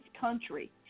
country